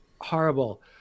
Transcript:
horrible